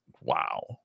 wow